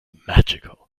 magical